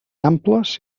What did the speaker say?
amples